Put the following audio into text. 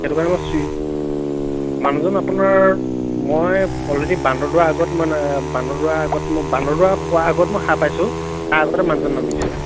সেইটো কাৰণে মই চুৰি মানুহজন আপোনাৰ মই অলৰেডি বান্দৰদোৱা আগত মানে বান্দৰদোৱা আগত মানে বান্দৰদোৱা পোৱা আগত মই সাৰ পাইছোঁ তাৰ আগতে মানুহজন নামিছে